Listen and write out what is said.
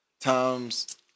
times